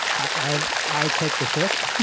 i i take the fifth